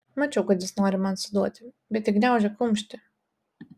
mačiau kad jis nori man suduoti bet tik gniaužė kumštį